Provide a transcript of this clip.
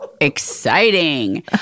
Exciting